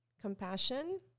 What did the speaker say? compassion